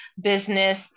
business